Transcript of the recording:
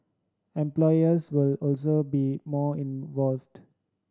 employers will also be more involved